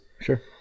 Sure